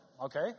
Okay